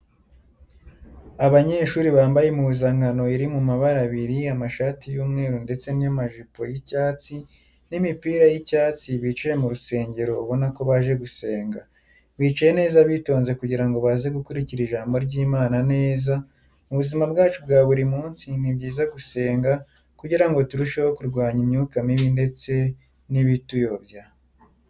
Abanyshuri bambaye impuzankano iri mu mabara abiri amashati y'umweru ndetse ni amjipo y'icyatsi n'imipira y'icyatsi bicaye mu rusengero ubona ko baje gusenga. Bicaye neza bitonze kugira ngo baze gukurikira ijambo ry'Imana neza, Mu buzima bwacu bwa buri munsi ni byiza gusenga kugira ngo turusheho kurwanya imyuka mibi ndetse n'ibituyobya.